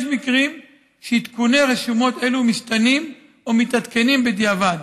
יש מקרים שעדכוני רשומות אלו משתנים או מתעדכנים בדיעבד,